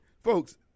folks